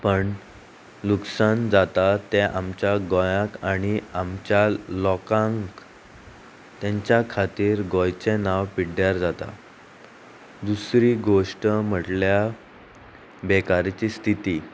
पण लुकसान जाता तें आमच्या गोंयाक आनी आमच्या लोकांक तेंच्या खातीर गोंयचें नांव पिड्ड्यार जाता दुसरी गोश्ट म्हटल्या बेकारीची स्थिती